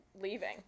leaving